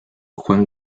juan